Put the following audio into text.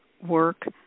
work